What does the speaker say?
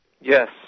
Yes